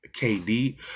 KD